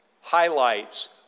highlights